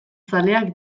zaleak